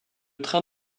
train